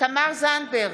תמר זנדברג,